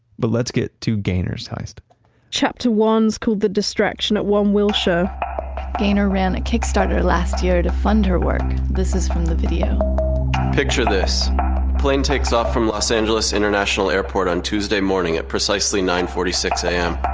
but, let's get to ganer's heist chapter one's called the distraction at one wilshire ganer ran a kickstarter last year to fund her work. this is from the video picture this. a plane takes off from los angeles international airport on tuesday morning at precisely nine forty six am.